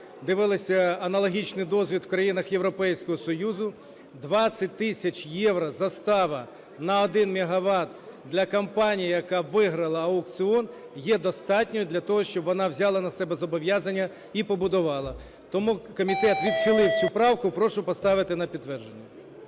дивилися аналогічний досвід в країнах Європейського Союзу, 20 тисяч євро застава на 1 мегават для компанії, яка виграла аукціон, є достатньою для того, щоб вона взяла на себе зобов'язання і побудувала. Тому комітет відхилив цю правку. Прошу поставити на підтвердження.